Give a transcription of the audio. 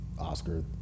Oscar